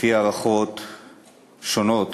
לפי הערכות שונות,